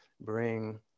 bring